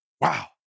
Wow